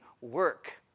work